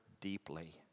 deeply